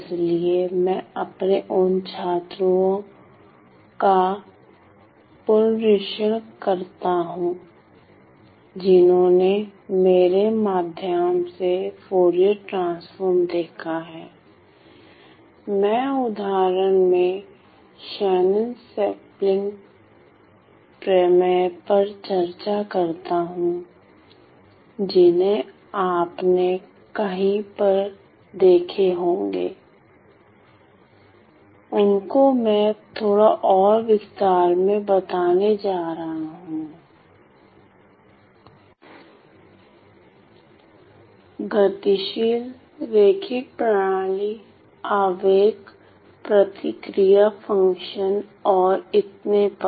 इसलिए मैं अपने उन छात्रों का पुनरीक्षण कर रहा हूं जिन्होंने मेरे माध्यम से फूरियर ट्रांसफॉर्म देखा है मैं उदाहरण में शैनन सैंपलिंग प्रमेय पर चर्चा करता हूं जिन्हें आपने कहीं पर देखे होंगे उनको मैं थोड़ा और विस्तार में बताने जा रहा हूँ गतिशील रैखिक प्रणाली आवेग प्रतिक्रिया फंक्शन और इतने पर